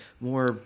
more